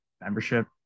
membership